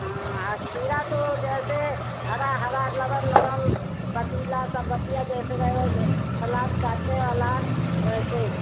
हाँ हाँ खीरा तो जैसे हरा हरा लबर लगल पतीला सा बतिया जैसे रहे वैसे सलाद काटने वाला वैसे